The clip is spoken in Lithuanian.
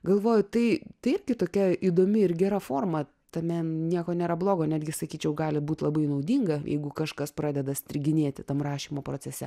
galvoju tai tai irgi tokia įdomi ir gera forma tame nieko nėra blogo netgi sakyčiau gali būt labai naudinga jeigu kažkas pradeda striginėti tam rašymo procese